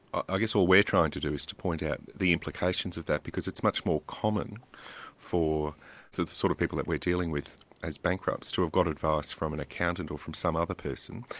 ah guess all we're trying to do is to point out the implications of that, because it's much more common for so the sort of people we're dealing with as bankrupts, to have got advice from an accountant or from some other person,